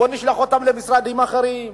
נשלח אותם למשרדים אחרים.